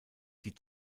die